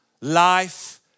life